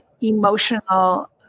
emotional –